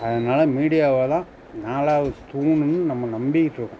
அதனால மீடியாவை தான் நாலாவது தூணுன்னு நம்ம நம்பிக்கிட்டு இருக்கோம்